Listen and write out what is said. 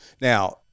Now